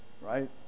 Right